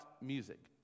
music